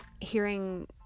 hearing